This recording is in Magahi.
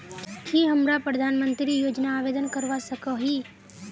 की हमरा प्रधानमंत्री योजना आवेदन करवा सकोही?